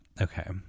Okay